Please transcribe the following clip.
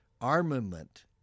armament